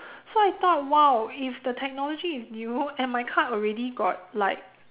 so I thought !wow! if the technology is new and my card already got like